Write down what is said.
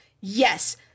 Yes